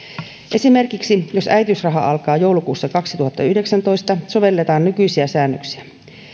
esimerkiksi jos äitiysraha alkaa joulukuussa kaksituhattayhdeksäntoista sovelletaan nykyisiä säännöksiä